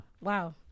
Wow